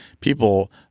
People